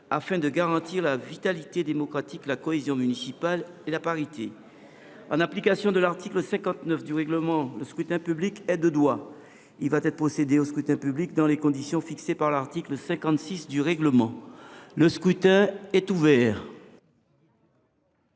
afin de garantir la vitalité démocratique, la cohésion municipale et la parité. En application de l’article 59 du règlement, le scrutin public ordinaire est de droit. Il va y être procédé dans les conditions fixées par l’article 56 du règlement. Le scrutin est ouvert.